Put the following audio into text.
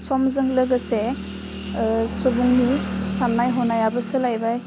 समजों लोगोसे ओह सुबुंनि साननाय हनायाबो सोलायबाय